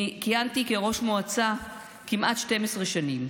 אני כיהנתי כראש מועצה כמעט 12 שנים.